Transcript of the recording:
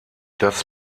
das